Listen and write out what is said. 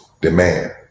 demand